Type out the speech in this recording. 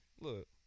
Look